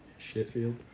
Shitfield